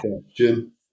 question